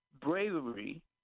bravery